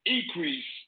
Increase